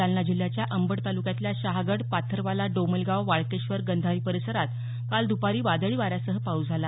जालना जिल्ह्याच्या अंबड तालुक्यातल्या शहागड पाथरवाला डोमलगाव वाळकेश्वर गंधारी परिसरात काल द्पारी वादळी वाऱ्यासह पाऊस झाला